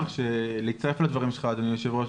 לדברי היושב-ראש,